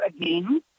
again